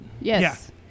Yes